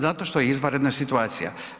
Zato što je izvanredna situacija.